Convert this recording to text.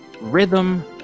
rhythm